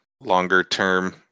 longer-term